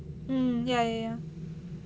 mm ya ya ya